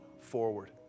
forward